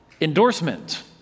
endorsement